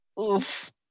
Oof